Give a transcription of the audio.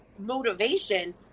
motivation